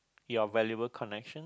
your valuable connection